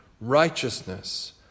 righteousness